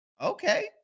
okay